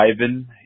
Ivan